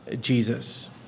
Jesus